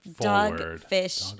dogfish